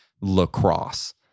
lacrosse